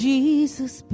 Jesus